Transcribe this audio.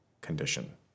condition